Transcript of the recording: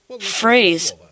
phrase